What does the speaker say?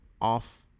off